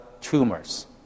tumors